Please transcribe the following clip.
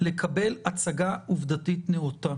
הצגה עובדתית נאותה.